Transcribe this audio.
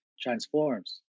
transforms